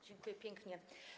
Dziękuję pięknie.